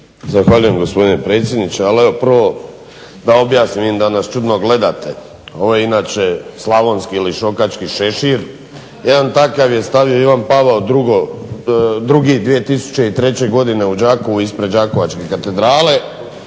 Zahvaljujem gospodine predsjedniče. Ali evo prvo da objasnim, vidim da nas čudno gledate. Ovo je inače slavonski ili šokački šešir. Jedan takav je stavio Ivan Pavao II. 2003. godine u Đakovu ispred đakovačke katedrale.